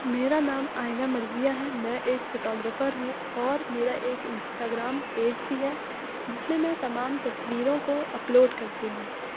میرا نام آئینہ مرضیہ ہے میں ایک فٹوگرافر ہوں اور میرا ایک انسٹاگرام پیج بھی ہے جس میں میں تمام تصویروں کو اپلوڈ کرتی ہوں